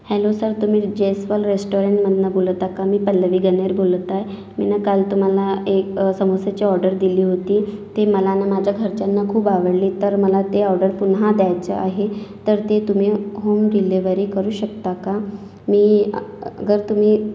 hello sir तुम्ही जैस्वाल रेस्टॉरंटमधनं बोलत आहात का मी पल्लवी गणेर बोलत आहे मी नं काल तुम्हाला एक एक समोशाची ऑर्डर दिली होती ती मला नं माझ्या घरच्यांना खूप आवडली तर मला ते ऑर्डर पुन्हा द्यायचं आहे तर ते तुम्ही होम डिलेव्हरी करू शकता का मी गर तुम्ही